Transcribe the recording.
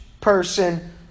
person